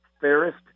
fairest